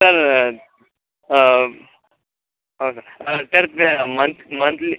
चालेल चालेल हो का तर ते मंथ मंथली